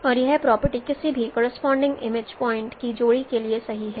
और यह प्रॉपर्टी किसी भी करोसपोंडिंग इमेज पॉइंट्स की जोड़ी के लिए सही है